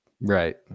Right